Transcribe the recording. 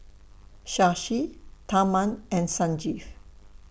Shashi Tharman and Sanjeev